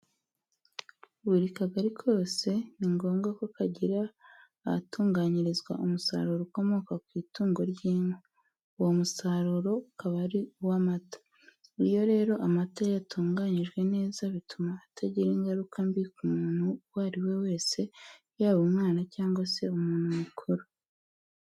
Buri kagari kose ni ngombwa ko kagira ahatunganyirizwa umusaruro ukomoka ku itungo ry'inka. Uwo musaruro ukaba ari uw'amata. Iyo rero amata yatunganyijwe neza, bituma atagira ingaruka mbi ku muntu uwo ari we wese, yaba umwana cyangwa se umuntu mukuru.